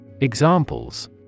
Examples